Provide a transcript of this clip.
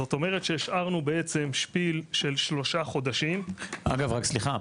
זאת אומרת שהשארנו שפיל של שלושה חודשים --- רק רגע סליחה,